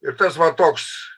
ir tas va toks